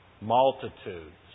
Multitudes